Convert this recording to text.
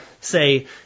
say